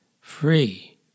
free